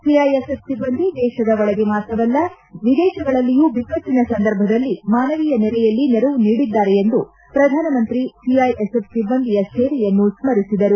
CISF ಸಿಬ್ಬಂದಿ ದೇಶದ ಬಳಗೆ ಮಾತ್ರವಲ್ಲ ವಿದೇಶಗಳಲ್ಲಿಯೂ ಬಿಕ್ಕಟ್ಟಿನ ಸಂದರ್ಭದಲ್ಲಿ ಮಾನವೀಯ ನೆಲೆಯಲ್ಲಿ ನೆರವು ನೀಡಿದ್ದಾರೆ ಎಂದು ಪ್ರಧಾನಮಂತ್ರಿ ಸಿಐಎಸ್ಎಫ್ ಸಿಬ್ಬಂದಿಯ ಸೇವೆಯನ್ನು ಸ್ಮರಿಸಿದರು